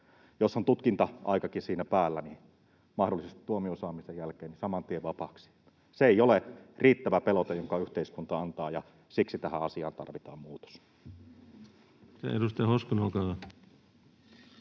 jos on tutkinta-aikakin siinä päällä, niin mahdollisesti tuomion saamisen jälkeen saman tien vapaaksi. Se ei ole riittävä pelote, jonka yhteiskunta antaa, ja siksi tähän asiaan tarvitaan muutos. Edustaja Hoskonen, olkaa hyvä.